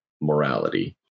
morality